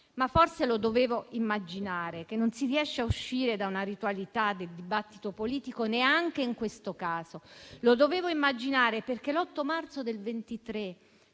Forse dovevo immaginare che non si riesce a uscire dalla ritualità del dibattito politico neanche in questo caso. Lo dovevo immaginare l'8 marzo 2023,